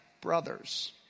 brothers